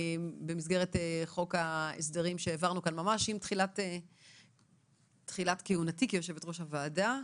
במסגרת חוק ההסדרים שהעברנו כאן ממש עם תחילת כהונתי כיו"ר הוועדה,